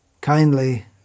kindly